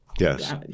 Yes